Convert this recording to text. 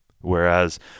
whereas